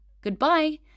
Goodbye